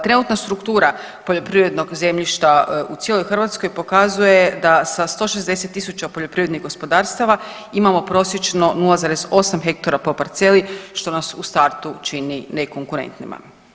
Trenutna struktura poljoprivrednog zemljišta u cijeloj Hrvatskoj pokazuje da sa 160 tisuća poljoprivrednih gospodarstava imamo prosječno 0,8 hektara po parceli što nas u startu čini nekonkurentnima.